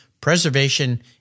Preservation